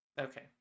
Okay